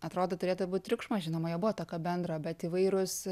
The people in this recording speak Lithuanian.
atrodo turėtų būt triukšmas žinoma jo buvo tokio bendro bet įvairūs